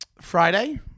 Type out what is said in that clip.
Friday